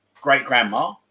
great-grandma